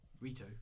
Rito